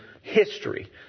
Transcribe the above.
history